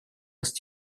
ist